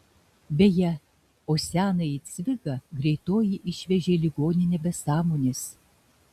beje o senąjį cviką greitoji išvežė į ligoninę be sąmonės